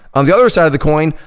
on the other side of the coin,